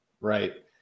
right